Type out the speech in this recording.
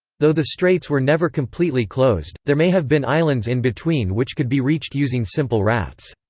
though the straits were never completely closed, there may have been islands in between which could be reached using simple rafts.